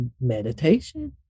Meditation